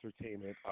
entertainment